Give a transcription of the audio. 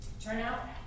turnout